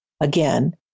again